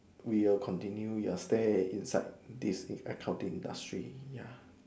we will continue your fair inside this accounting industry ya